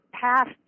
passed